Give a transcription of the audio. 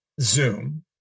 Zoom